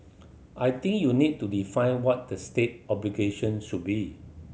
I think you need to define what the state obligation should be